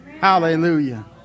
Hallelujah